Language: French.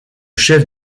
chef